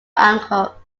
angle